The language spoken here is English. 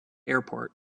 airport